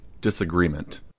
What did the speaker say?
disagreement